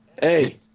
Hey